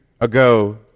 ago